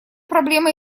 проблема